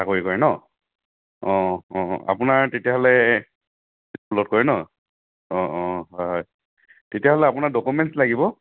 চাকৰি কৰে ন অঁ অঁ আপোনাৰ তেতিয়াহ'লে কৰে ন অঁ অঁ হয় হয় তেতিয়াহ'লে আপোনাৰ ডকুমেণ্টচ লাগিব